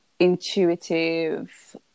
intuitive